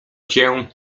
cię